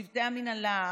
צוותי המינהלה,